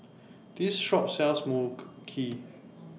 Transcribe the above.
This Shop sells Mui Kee